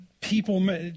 people